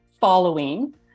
following